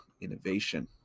innovation